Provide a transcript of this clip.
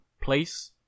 place